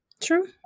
True